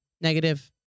Negative